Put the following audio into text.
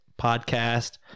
podcast